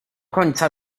końca